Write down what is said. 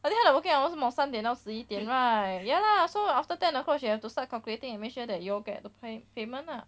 I think I like working hours 是什么三点到十一点 right ya lah so after that of course you have to start calculating and make sure that you all get the pay~ payment ah